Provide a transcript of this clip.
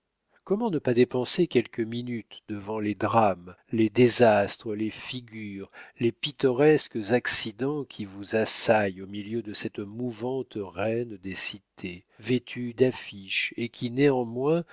comment ne pas dépenser quelques minutes devant les drames les désastres les figures les pittoresques accidents qui vous assaillent au milieu de cette mouvante reine des cités vêtue d'affiches et qui néanmoins